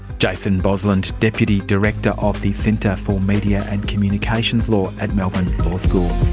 jason bosland, deputy director of the centre for media and communications law at melbourne law school.